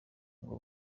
ubwo